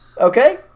Okay